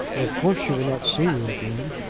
of course she will not see you again.